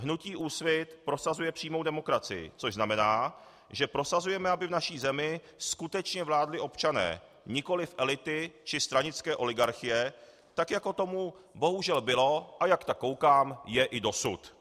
Hnutí Úsvit prosazuje přímou demokracii, což znamená, že prosazujeme, aby v naší zemi skutečně vládli občané, nikoli elity či stranické oligarchie, tak jako tomu bohužel bylo, a jak tak koukám, je i dosud.